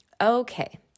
Okay